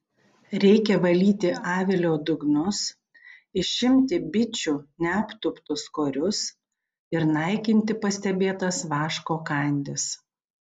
reikia valyti avilio dugnus išimti bičių neaptūptus korius ir naikinti pastebėtas vaško kandis